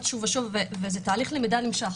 וזה תהליך למידה נמשך.